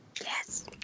Yes